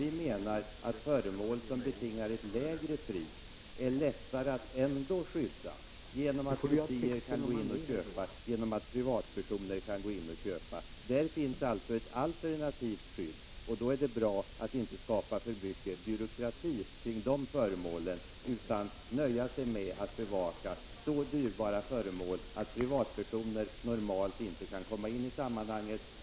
Vi menar att föremål som betingar ett lägre pris är lättare att ändå skydda, genom att museer eller privatpersoner kan köpa dem. För dessa föremål finns alltså ett alternativt skydd. Då är det bra om man inte skapar för mycket byråkrati kring dessa föremål, utan nöjer sig med att bevaka föremål som är så dyrbara att privatpersoner normalt inte kan komma in i sammanhanget.